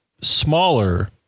smaller